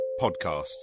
podcasts